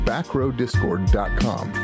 BackrowDiscord.com